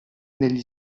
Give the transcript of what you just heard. negli